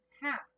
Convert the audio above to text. half